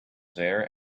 there